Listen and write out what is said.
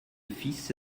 fils